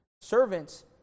Servants